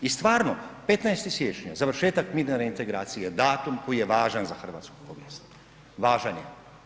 I stvarno 15. siječnja završetak mirne reintegracije, datum koji je važan za hrvatsku povijest, važan je.